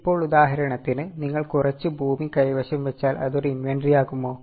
ഇപ്പോൾ ഉദാഹരണത്തിന് നിങ്ങൾ കുറച്ച് ഭൂമി കൈവശം വച്ചാൽ അത് ഒരു ഇൻവെന്ററി ആകുമോ